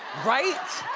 right?